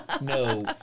No